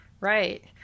Right